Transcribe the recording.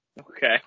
Okay